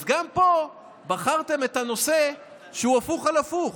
אז גם פה בחרתם את הנושא שהוא הפוך על הפוך.